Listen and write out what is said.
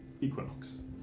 Equinox